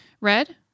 Red